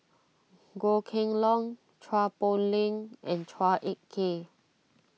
Goh Kheng Long Chua Poh Leng and Chua Ek Kay